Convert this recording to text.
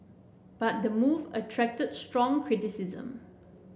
but the move attracted strong criticism